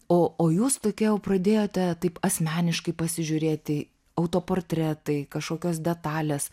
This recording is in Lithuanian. o o jūs tokie jau pradėjote taip asmeniškai pasižiūrėti autoportretai kažkokios detalės